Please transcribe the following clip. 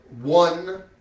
one